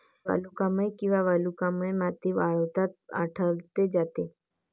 वालुकामय किंवा वालुकामय माती वाळवंटात आढळते